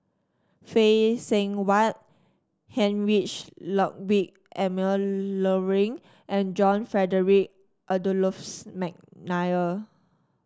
Phay Seng Whatt Heinrich Ludwig Emil Luering and John Frederick Adolphus McNair